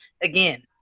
again